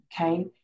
okay